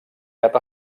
cap